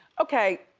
okay,